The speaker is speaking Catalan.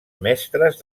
mestres